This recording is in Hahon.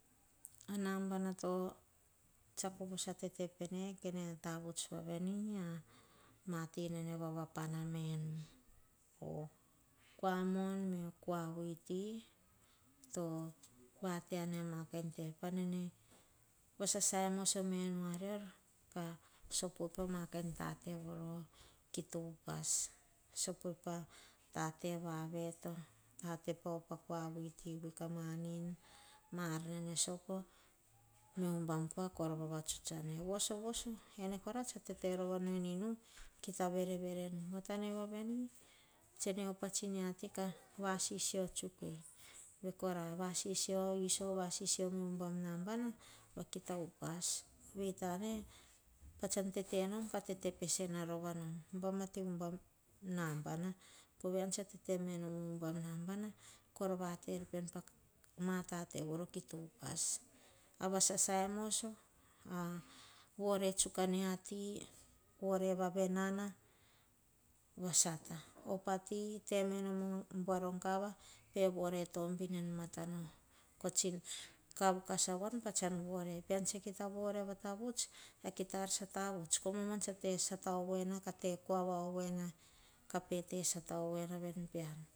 A nabana to tsiako voso a tete pene, kene tavuts voaveni, ma ti nene vavapana menu. Po kua mon, mio o kua vuiti, to vate ane pama kante. pa nene vasasai moso menu a rior, ka sopoi pa ma kain tate voro kita upas. sopoi pa tate vavioto, tate pa op e kua vuiti ka manin, ma ar nene sopo. ko ubam kua vatavuts ane. Vosovoso; ene kora tsa tete rova nu en inu, kita vere vere nu. Va ta ne voa veni, tsene op a mia tsi ti, ka vasisio tsuk ei. Vei kora. vasisio iso vasisio me o ubam nabana va kita upas. Vei tane, pa tsan tete nom, ka tete pesena rova nom. bai ate me o ubam nabana. pove ean tsa tete me nom o ubam nabana, kor vate er pean pa, ma tate voro kito upas. A vasasai moso, a vore tsuk a mia ti, vore vave nana, va sata. Op ati te me nom a buar po gava pe vore tobin en matano. ko tsino kav kas avoan. Pean tsa kita vore, vata vuts. kita ar tsa tavuts, koma muan, tsa te sata ovoina. kate kuava ovoina. ka pete sata ovoina veni pean.